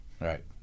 Right